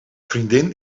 vriendin